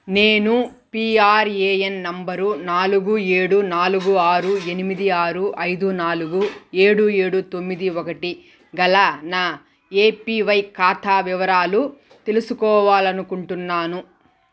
నేను PRN number నాలుగు ఏడు నాలుగు ఆరు ఎనిమిది ఆరు ఐదు నాలుగు ఏడు ఏడు తొమ్మిది ఒకటి గల నా ఏపివై ఖాతా వివరాలు తెలుసుకోవాలనుకుంటున్నాను